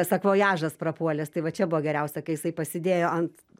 sakvojažas prapuolęs tai va čia buvo geriausia kai jisai pasidėjo ant